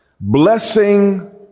blessing